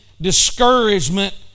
Discouragement